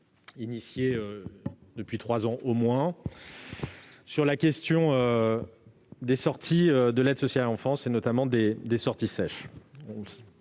engagé depuis trois ans au moins sur la question des sorties de l'aide sociale à l'enfance, notamment les sorties sèches.